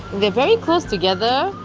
they're very close together,